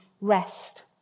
rest